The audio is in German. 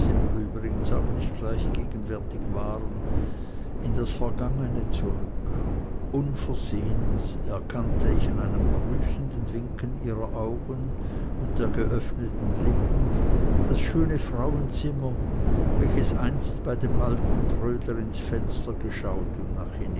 übrigens auch nicht gleich gegenwärtig waren in das vergangene zurück unversehens erkannte ich an einem grüßenden winken der augen und der geöffneten lippen das schöne frauenzimmer welches einst bei dem alten trödler ins fenster geschaut und